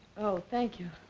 oh, thank you.